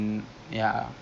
okay um